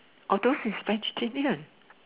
although its vegetarian